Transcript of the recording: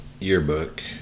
yearbook